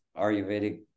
ayurvedic